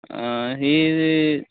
অঁ সেই যে